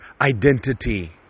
identity